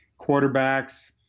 quarterbacks